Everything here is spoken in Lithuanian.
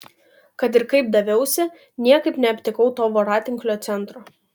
kad ir kaip daviausi niekaip neaptikau to voratinklio centro